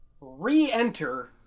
re-enter